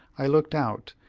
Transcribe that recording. i looked out,